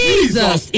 Jesus